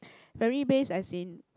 family base as in